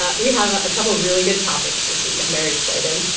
ah we have a couple really good topics this week. i'm very excited.